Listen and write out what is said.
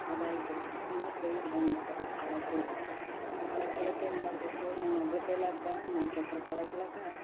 ಅದಾಯಿತು ಇನ್ನೂ ಪೈರು ಬಂದ್ಬಿಟ್ಟು ಕಳೆ ಕೀಳಬೇಕು ಕಳೆ ಕೀಳೋಕೆ ಏನು ಮಾಡಬೇಕು ನನ್ನ ಒಬ್ಳು ಕೈಲಿ ಆದದ್ದಾ ನಾಲ್ಕು ಎಕರೆ ಕಳೆ ಕೀಳೋಕ್ಕೆ